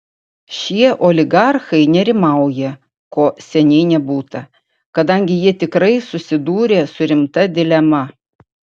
šie oligarchai nerimauja ko seniai nebūta kadangi jie tikrai susidūrė su rimta dilema